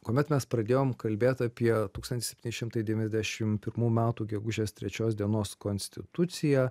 kuomet mes pradėjom kalbėt apie tūkstantis septyni šimtai devyniasdešim pirmų metų gegužės trečios dienos konstituciją